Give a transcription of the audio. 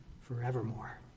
forevermore